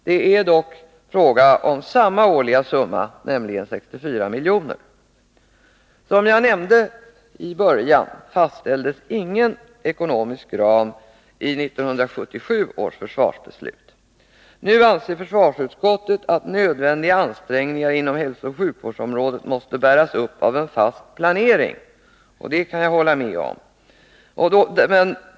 Det är dock fråga om samma årliga summa, nämligen 64 milj.kr. Som jag nämnde i början av anförandet, fastställdes ingen ekonomisk ram i 1977 års försvarsbeslut. Nu anser försvarsutskottet att nödvändiga ansträngningar inom hälsooch sjukvårdsområdet måste bäras upp av en fast planering. Det kan jag hålla med om.